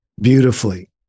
beautifully